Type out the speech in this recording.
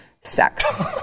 sex